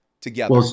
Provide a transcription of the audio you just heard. together